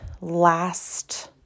last